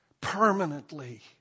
permanently